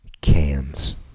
cans